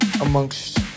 amongst